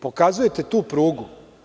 Pokazujete tu prugu.